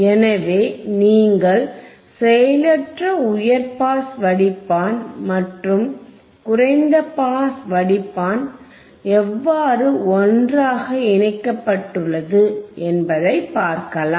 எனவே நீங்கள் செயலற்ற உயர் பாஸ் வடிப்பான் மற்றும் குறைந்த பாஸ் வடிப்பான் எவ்வாறு ஒன்றாக இணைக்கப்பட்டுள்ளது என்பதை பார்க்கலாம்